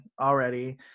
already